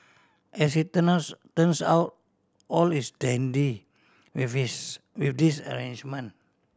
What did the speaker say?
as it turns out all is dandy with this with this arrangement